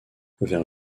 vers